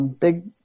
Big